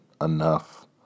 enough